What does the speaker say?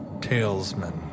talesmen